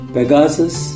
Pegasus